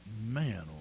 Man